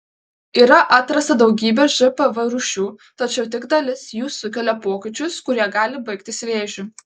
yra atrasta daugybė žpv rūšių tačiau tik dalis jų sukelia pokyčius kurie gali baigtis vėžiu